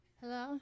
Hello